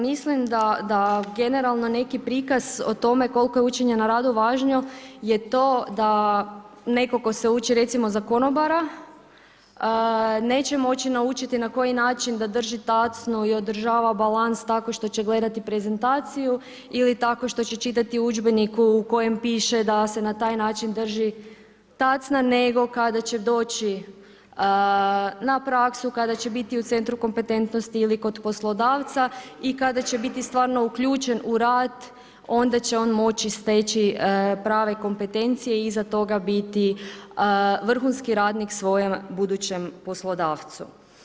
Mislim da generalno neki prikaz o tome koliko je učenje na radu važno je to da netko tko se uči recimo da konobara, neće moći naučiti na koji način da drži tacnu i odražava balans tako što će gledati prezentaciju ili tako što će čitati u udžbeniku u kojem piše da se na taj način drži tacna nego kada će doći na praksu, kada će biti u centru kompetentnosti ili kod poslodavca, i kada će biti stvarno uključen u rad, onda će on moći steći prave kompetencije i iza toga biti vrhunski radnik svojem budućem poslodavcu.